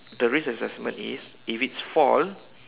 the risk assessment is if it fall